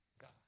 God